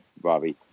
Bobby